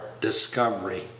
discovery